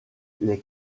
les